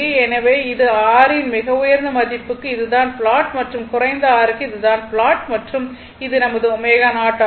எனவே இது R இன் மிக உயர்ந்த மதிப்புக்கு இது தான் ப்லாட் மற்றும் குறைந்த R க்கு இது தான் ப்லாட் மற்றும் இது நமது ω0 ஆகும்